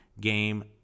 game